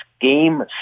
Game